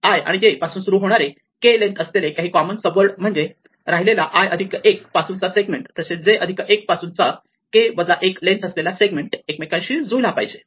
i आणि j पासून सुरु होणारे k लेन्थ असलेले काही कॉमन सब वर्ड म्हणजे राहिलेला i अधिक 1 पासून चा सेगमेंट तसेच j अधिक 1 पासून चा k वजा 1 लेन्थ असलेला सेगमेंट एकमेकांशी जुळला पाहिजे